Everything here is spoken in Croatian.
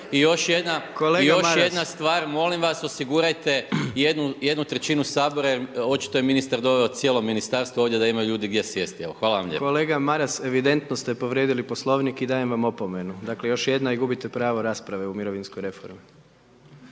i još jedna stvar molim vas osigurajte 1/3 sabora, jer očito je ministar doveo cijelo ministarstvo ovdje da imaju ljudi gdje sjesti. Hvala vam lijepo. **Jandroković, Gordan (HDZ)** Kolega Maras, evidentno ste povrijedili poslovnik i dajem vam opomenu, dakle, još jedna i gubite pravo rasprave o mirovinskoj reformi.